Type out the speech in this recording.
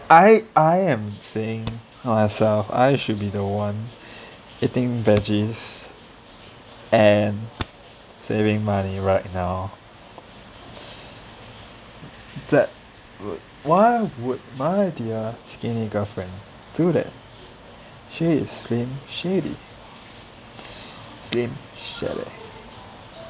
I I am saying myself I should be the one eating veggies and saving money right now that would why would my dear skinny girlfriend do that she is slim shaddy slim shaddy